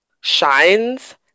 shines